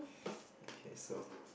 okay so